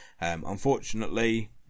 Unfortunately